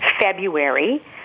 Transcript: February